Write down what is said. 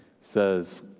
Says